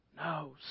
No